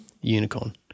unicorn